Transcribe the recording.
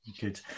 Good